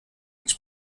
its